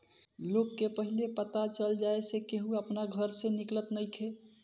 लोग के पहिले पता चल जाए से केहू अपना घर से निकलत नइखे